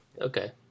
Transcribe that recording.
Okay